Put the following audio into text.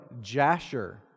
Jasher